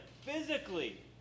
physically